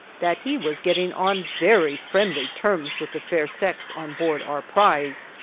that he was getting on very friendly terms with the fair sex on board our prize.